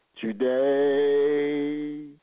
today